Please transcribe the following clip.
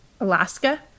Alaska